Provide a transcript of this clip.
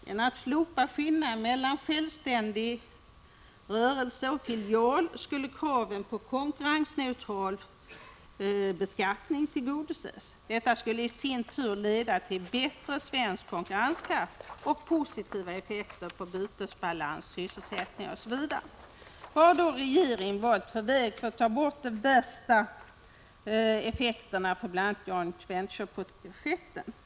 Genom slopande av skillnaden mellan självständig rörelse och filial skulle kraven på en konkurrensneutral beskattning tillgodoses. Detta skulle i sin tur leda till bättre svensk konkurrenskraft och få positiva effekter för bytesbalans, sysselsättning osv. Vilken väg har då regeringen valt för att ta bort de värsta effekterna för bl.a. joint venture-projekt?